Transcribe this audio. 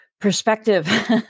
perspective